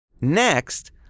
Next